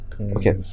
okay